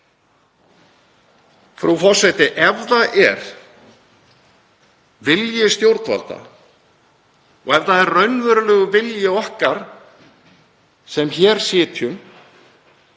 Frú forseti. Ef það er vilji stjórnvalda, ef það er raunverulegur vilji okkar sem hér sitjum